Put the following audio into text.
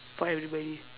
for everybody